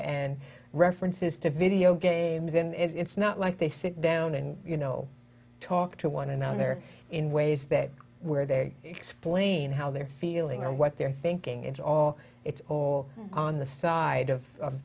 and references to video games and it's not like they sit down and you know talk to one another in ways that where they explain how they're feeling or what they're thinking it's all it's all on the side of